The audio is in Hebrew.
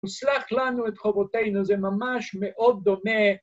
וסלח לנו את חובותינו, ‫זה ממש מאוד דומה.